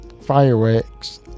fireworks